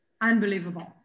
unbelievable